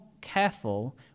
careful